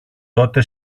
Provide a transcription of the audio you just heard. τότε